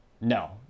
No